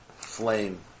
flame